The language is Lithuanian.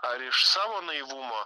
ar iš savo naivumo